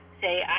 say